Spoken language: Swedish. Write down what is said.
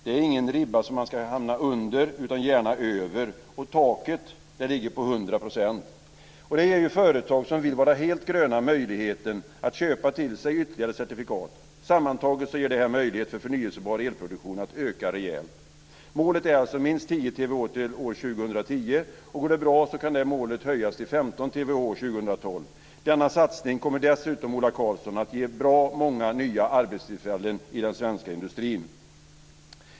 Det är ingen ribba som man ska hamna under utan gärna över. Och taket ligger på 100 %. Det ger företag som vill vara helt "gröna" möjligheten att köpa till sig ytterligare certifikat. Sammantaget ger det här en möjlighet för förnyelsebar elproduktion att öka rejält. Målet är alltså minst 10 terawattimmar till år 2010. Går det bra kan det målet höjas till 15 terawattimmar 2015. Denna satsning kommer dessutom, Ola Karlsson, att ge många nya arbetstillfällen i den svenska industrin.